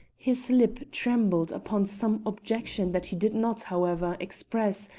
his lip trembled upon some objection that he did not, however, express,